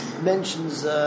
mentions